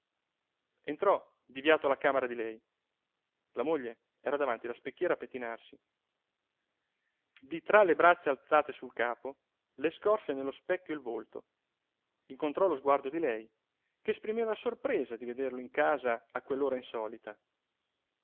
entrò diviato alla camera di lei la moglie era davanti la specchiera a pettinarsi di tra le braccia alzate sul capo le scorse nello specchio il volto incontrò lo sguardo di lei che esprimeva sorpresa di vederlo in casa a quell'ora insolita